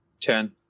Ten